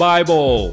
Bible